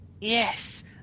Yes